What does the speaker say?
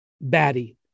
batty